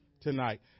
tonight